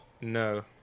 No